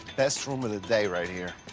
best room of the day, right here.